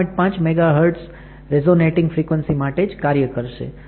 5 megahertz resonating frequency માટે જ કાર્ય કરશે